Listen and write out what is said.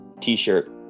t-shirt